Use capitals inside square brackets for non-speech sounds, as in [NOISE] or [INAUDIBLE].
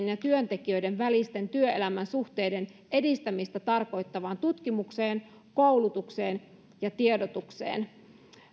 [UNINTELLIGIBLE] ja työntekijöiden välisten työelämän suhteiden edistämistä tarkoittavaan tutkimukseen koulutukseen ja tiedotukseen